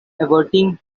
averting